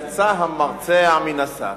יצא המרצע מן השק.